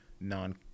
non